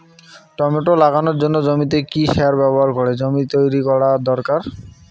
Tomato লাগানোর জন্য জমিতে কি সার ব্যবহার করে জমি তৈরি করা দরকার?